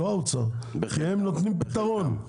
לא האוצר, כי הם נותנים פתרון.